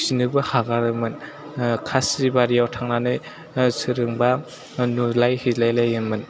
खिनोबो हागारोमोन खासिबारियाव थांनानै सोरजोंबा नुलायहैलायोमोन